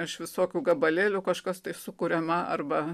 iš visokių gabalėlių kažkas sukuriama arba